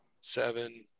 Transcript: seven